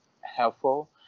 helpful